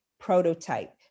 prototype